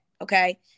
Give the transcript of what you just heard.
okay